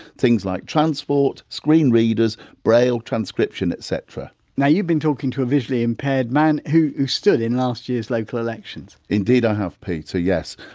things like transport, screen readers, braille, transcription etc now you've been talking to a visually impaired man who stood in last year's local elections indeed i have peter, yes.